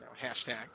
hashtag